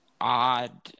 odd